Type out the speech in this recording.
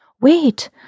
Wait